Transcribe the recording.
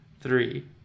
three